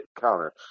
counter